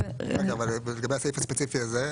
לגבי הסעיף הספציפי הזה,